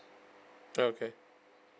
okay